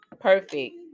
perfect